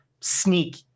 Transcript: sneak